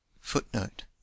Footnote